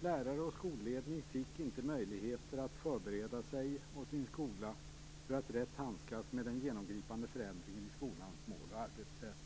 Lärare och skolledning fick inte möjligheter att förbereda sig och sin skola för att rätt handskas med den genomgripande förändringen i skolans mål och arbetssätt.